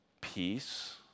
peace